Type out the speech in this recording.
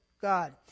God